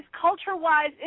culture-wise